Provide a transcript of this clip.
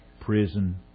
prison